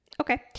Okay